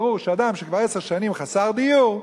ברור שאדם שכבר עשר שנים חסר דיור,